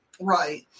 Right